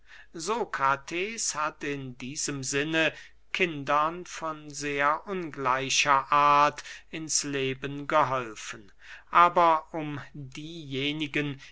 sokrates hat in diesem sinne kindern von sehr ungleicher art ins leben geholfen aber um diejenigen